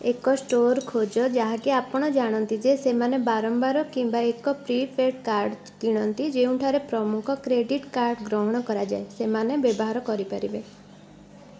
ଏକ ଷ୍ଟୋର୍ ଖୋଜ ଯାହାକି ଆପଣ ଜାଣନ୍ତି ଯେ ସେମାନେ ବାରମ୍ବାର କିମ୍ବା ଏକ ପ୍ରିପେଡ଼୍ କାର୍ଡ଼ କିଣନ୍ତି ଯେଉଁଠାରେ ପ୍ରମୁଖ କ୍ରେଡ଼ିଟ୍ କାର୍ଡ଼ ଗ୍ରହଣ କରାଯାଏ ସେମାନେ ବ୍ୟବହାର କରି ପାରିବେ